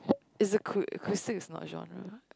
is acou~ acoustics not genre